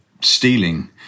stealing